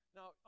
Now